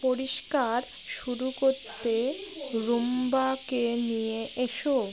পরিষ্কার শুরু করতে রুম্বাকে নিয়ে এসো